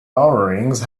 borrowings